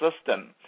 system